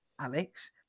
Alex